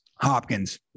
Hopkins